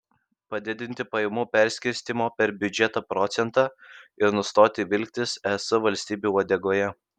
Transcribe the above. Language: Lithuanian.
padidinti pajamų perskirstymo per biudžetą procentą ir nustoti vilktis es valstybių uodegoje